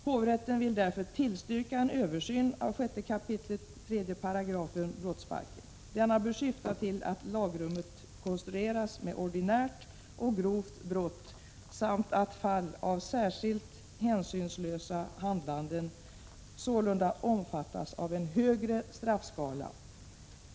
Hovrätten vill därför tillstyrka en översyn av 6 kap. 3 § brottsbalken. Denna bör syfta till att lagrummet konstrueras med ordinärt och grovt brott samt att fall av särskilt hänsynslösa handlanden sålunda omfattas av en högre straffskala.